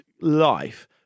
life